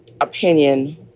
opinion